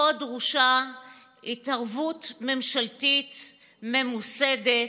שפה דרושה התערבות ממשלתית ממוסדת,